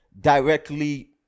directly